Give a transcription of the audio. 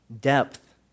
depth